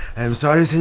i'm sorry,